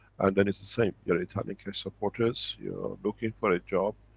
and then it's the same, you're italian keshe supporters, you're looking for a job,